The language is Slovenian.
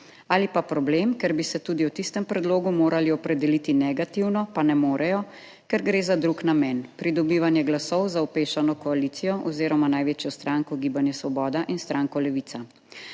Ali pa problem, ker bi se tudi v tistem predlogu morali opredeliti negativno, pa ne morejo, ker gre za drug namen, pridobivanje glasov za opešano koalicijo oziroma največjo stranko Gibanje Svoboda in stranko Levica.